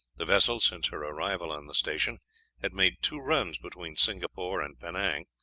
the vessel since her arrival on the station had made two runs between singapore and penang,